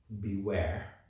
beware